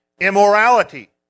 immorality